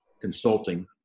consulting